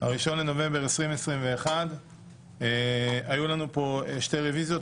ה-1 בנובמבר 2021. היו לנו פה שתי רביזיות.